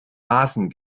maßen